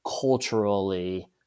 culturally